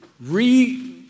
re